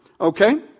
Okay